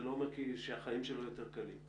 אבל זה לא אומר שהחיים שלו יותר קלים.